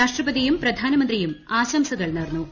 രാഷ്ട്രപതിയും പ്രധാനമന്ത്രിയും ആശംസകൾ നേർന്നു